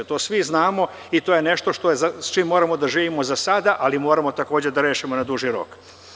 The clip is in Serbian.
To svi znamo i to je nešto s čim moramo da živimo za sada, ali moramo takođe da rešavamo na duži rok.